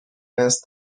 است